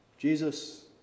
Jesus